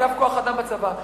אגף כוח-אדם בצבא,